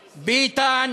ביטן,